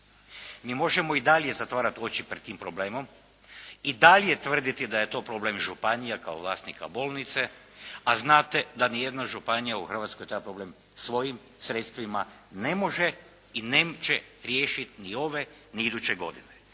Mi možemo i dalje zatvarati oči pred tim problemom i dalje tvrditi da je to problem županije kao vlasnika bolnice a znate da nijedna županija u Hrvatskoj taj problem svojim sredstvima ne može i neće riješiti ni ove ni iduće godine,